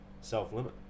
self-limit